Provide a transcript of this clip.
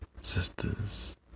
sisters